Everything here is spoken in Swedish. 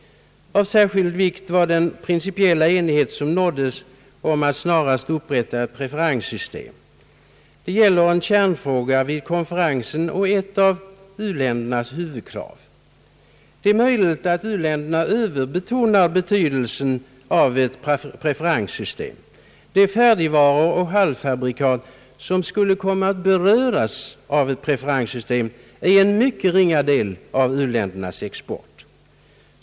Av särskild vikt var den principiella enighet som nåddes om att snarast upprätta ett preferenssystem. Det gällde en kärnfråga vid konferensen, ett av u-ländernas huvudkrav. Det är möjligt att u-länderna överbetonar betydelsen av ett preferenssystem. De färdigvaror och halvfabrikat som skulle beröras av ett preferenssystem är en mycket ringa del av u-ländernas export.